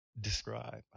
describe